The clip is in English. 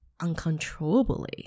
uncontrollably